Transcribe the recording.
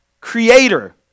creator